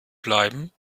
bleiben